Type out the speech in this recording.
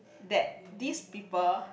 that these people